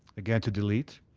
again to delete.